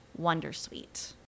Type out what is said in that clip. wondersuite